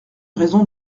raison